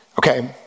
Okay